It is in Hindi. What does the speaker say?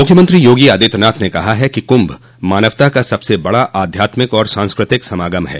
मुख्यमंत्री योगी आदित्यनाथ ने कहा है कि कुंभ मानवता का सबसे बड़ा आध्यात्मिक आर सांस्कृतिक समागम है